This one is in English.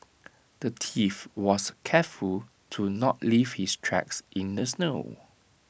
the thief was careful to not leave his tracks in the snow